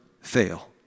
fail